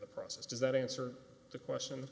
the process does that answer the question